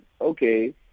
okay